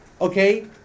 okay